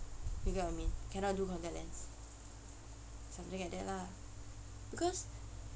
you get what I mean cannot do contact lens something like that lah because